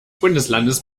bundeslandes